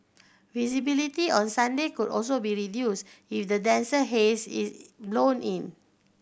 visibility on Sunday could also be reduced if the denser haze is blown in